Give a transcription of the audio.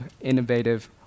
innovative